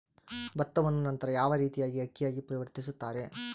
ಭತ್ತವನ್ನ ನಂತರ ಯಾವ ರೇತಿಯಾಗಿ ಅಕ್ಕಿಯಾಗಿ ಪರಿವರ್ತಿಸುತ್ತಾರೆ?